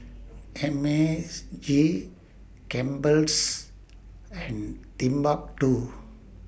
M as G Campbell's and Timbuk two